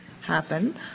happen